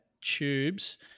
Tubes